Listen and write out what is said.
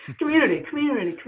community, community.